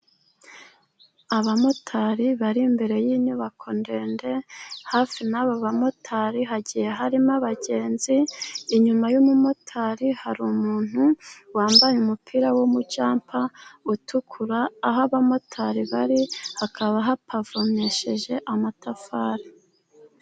Abamotari bari imbere y'inyubako ndende hafi n'aba bamotari, hagiye harimo abagenzi. Inyuma y'umumotari hari umuntu wambaye umupira wo mu cyapa utukura. Aho abamotari bari hakaba hapavomesheje amatafari.